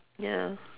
ya